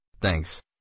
Thanks